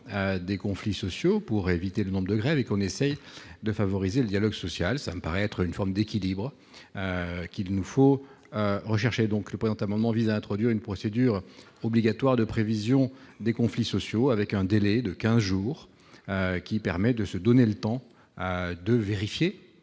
des conflits sociaux pour éviter le nombre de grèves et qu'on essaye de favoriser le dialogue social, ça me paraît être une forme d'équilibre qu'il nous faut rechercher donc le présent amendement vise à introduire une procédure obligatoire de prévision des conflits sociaux, avec un délai de 15 jours, qui permet de se donner le temps de vérifier